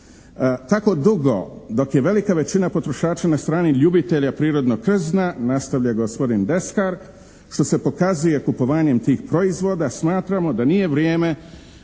Tako dugo dok je velika većina potrošača na strani ljubitelja prirodnog krzna, nastavlja gospodin Deskar, što se pokazuje kupovanjem tih proizvoda smatramo da nije vrijeme